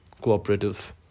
cooperative